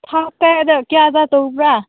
ꯊꯥ ꯀꯌꯥꯗ ꯀꯌꯥꯗ ꯇꯧꯕ꯭ꯔꯥ